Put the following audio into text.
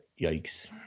yikes